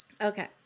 okay